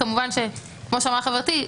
כמובן שכמו שאמרה חברתי,